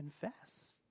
confess